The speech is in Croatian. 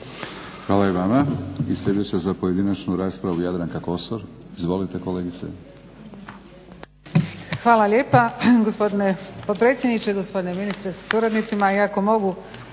Hvala i vama. I sljedeća za pojedinačnu raspravu Jadranka Kosor. Izvolite kolegice.